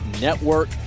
Network